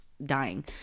dying